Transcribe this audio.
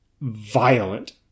violent